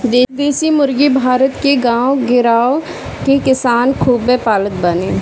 देशी मुर्गी भारत के गांव गिरांव के किसान खूबे पालत बाने